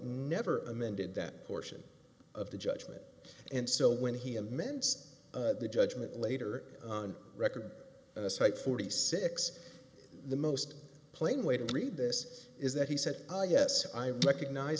never amended that portion of the judgment and so when he immense the judgment later on record in a site forty six the most plain way to read this is that he said oh yes i recognize